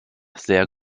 sehr